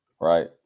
right